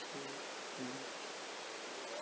mm mm